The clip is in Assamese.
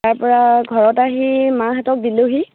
তাৰপৰা ঘৰত আহি মাহঁতক দিলোহি